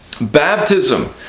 Baptism